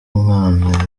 umwana